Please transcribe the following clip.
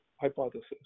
hypothesis